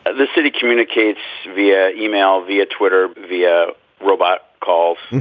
the city communicates via email, via twitter, via robot calls.